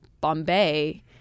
Bombay